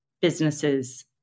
businesses